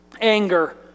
Anger